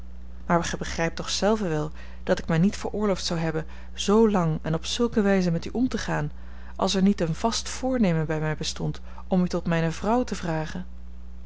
maar gij begrijpt toch zelve wel dat ik mij niet veroorloofd zou hebben zoo lang en op zulke wijze met u om te gaan als er niet een vast voornemen bij mij bestond om u tot mijne vrouw te vragen